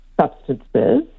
substances